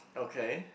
okay